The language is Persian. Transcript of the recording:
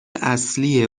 اصلی